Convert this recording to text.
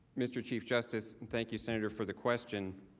mr. chief justice, and thank you senator for the question.